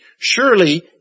Surely